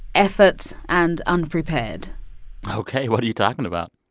efforts and unprepared ok, what are you talking about?